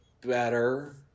better